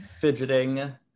fidgeting